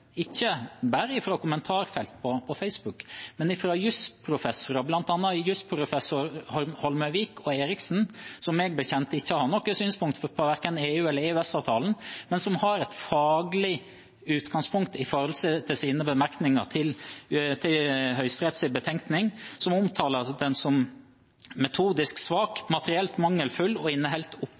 ikke bare i kommentarfelt på Facebook, men også fra jusprofessorer, bl.a. Holmøyvik og Eriksen, som meg bekjent ikke har noen synspunkter på verken EU- eller EØS-avtalen, men som har et faglig utgangspunkt for sine bemerkninger til Høyesteretts betenkning. De omtaler den som metodisk svak, materielt mangelfull og